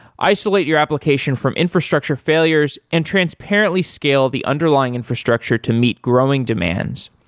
isolate your application from infrastructure failures and transparently scale the underlying infrastructure to meet growing demands,